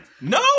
No